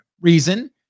reason